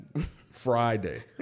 Friday